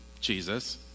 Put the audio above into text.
Jesus